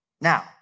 Now